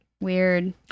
Weird